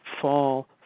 fall